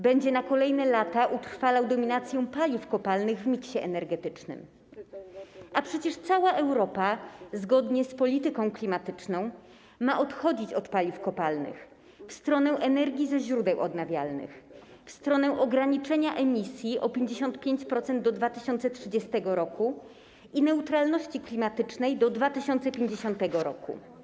Będzie na kolejne lata utrwalał dominację paliw kopalnych w miksie energetycznym, a przecież cała Europa zgodnie z polityką klimatyczną ma odchodzić od paliw kopalnych w stronę energii ze źródeł odnawialnych, w stronę ograniczenia emisji o 55% do 2030 r. i neutralności klimatycznej do 2050 r.